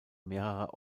mehrerer